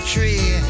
Tree